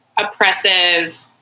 oppressive